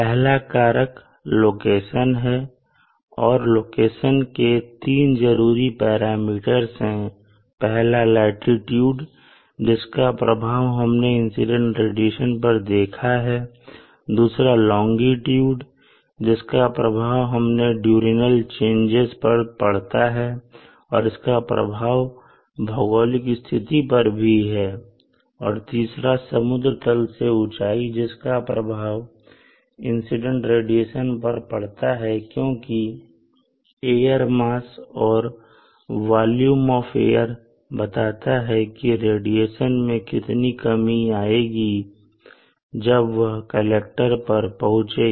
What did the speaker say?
पहला कारक लोकेशन है और लोकेशन के 3 जरूरी पैरामीटर्स है पहला लाटीट्यूड जिसका प्रभाव हमने इंसिडेंट रेडिएशन पर देखा है दूसरा लोंगिट्यूड जिसका प्रभाव डीयूरनल चेंजेज पर पड़ता है और इसका प्रभाव भौगोलिक स्थिति पर भी है और तीसरा समुद्र तल से ऊंचाई जिसका प्रभाव इंसिडेंट रेडिएशन पर पड़ता है क्योंकि एयर मास और वॉल्यूम ऑफ एयर बताता है की रेडिएशन में कितनी कमी आएगी जब वह कलेक्टर पर पहुँचेगी